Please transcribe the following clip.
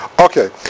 Okay